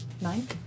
Nine